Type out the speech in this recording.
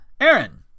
Aaron